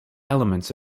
elements